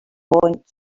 want